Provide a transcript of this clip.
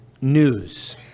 news